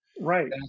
right